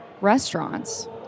restaurants